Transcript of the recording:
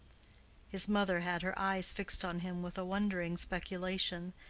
his mother had her eyes fixed on him with a wondering speculation,